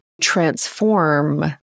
transform